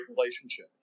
relationship